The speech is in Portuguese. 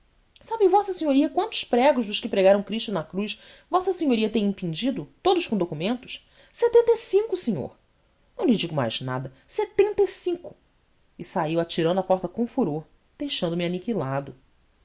sabe vossa senhoria quantos pregos dos que pregaram cristo na cruz vossa senhoria tem impingido todos com documentos setenta e cinco senhor não lhe digo mais nada setenta e cinco e saiu atirando a porta com furor deixando me aniquilado